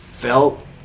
Felt